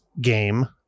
game